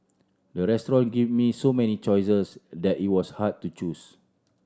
the restaurant give me so many choices that it was hard to choose